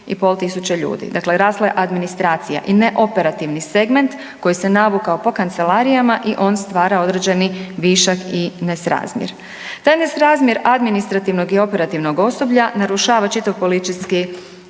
i pol tisuće ljudi. Dakle, rasla je administracija i ne operativni segment koji se navukao po kancelarijama i on stvara određeni višak i nesrazmjer. Taj nesrazmjer administrativnog i operativnog osoblja narušava čitav …